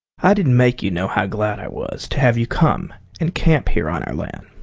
i didn't make you know how glad i was to have you come and camp here on our land.